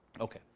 Okay